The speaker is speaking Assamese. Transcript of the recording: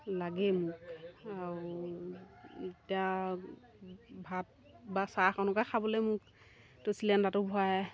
লাগেই মোক আৰু এতিয়া ভাত বা চাহকণকে খাবলৈ মোকতো চিলিণ্ডাৰটো ভৰাই